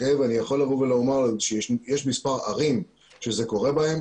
ואני יכול לבוא ולומר שיש מספר ערים שזה קורה בהן